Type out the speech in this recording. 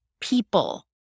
people